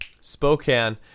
Spokane